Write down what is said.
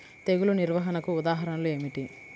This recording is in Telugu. తెగులు నిర్వహణకు ఉదాహరణలు ఏమిటి?